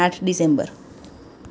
આઠ ડિસેમ્બર